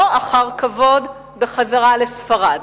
לא אחר כבוד, בחזרה לספרד.